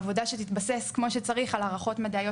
עבודה שתתבסס כמו שצריך על הערכות מדעיות